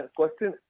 question